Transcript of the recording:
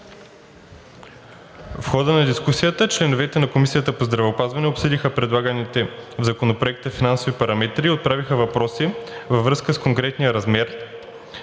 В хода на дискусията членовете на Комисията по здравеопазването обсъдиха предлаганите в Законопроекта финансови параметри и отправиха въпроси във връзка с конкретния размер